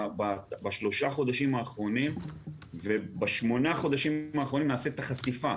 בשלושה חודשים האחרונים בשמונה חודשים האחרונים נעשית החשיפה.